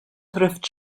thrift